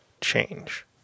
change